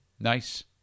Nice